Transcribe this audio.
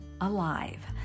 alive